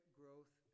growth